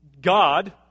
God